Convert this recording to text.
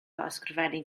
ysgrifennu